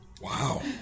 Wow